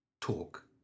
Talk